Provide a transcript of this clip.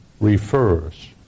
refers